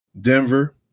Denver